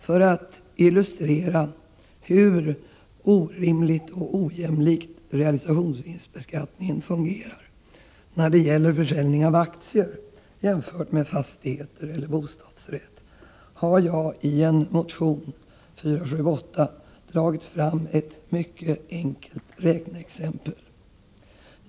För att illustrera hur orimligt och ojämlikt realisationsvinstbeskattningen fungerar när det gäller försäljning av aktier jämfört med fastighet eller bostadsrätt har jag i en motion, nr 478, dragit fram ett mycket enkelt räkneexempel.